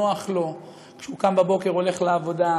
נוח לו כשהוא קם בבוקר והולך לעבודה,